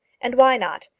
and why not?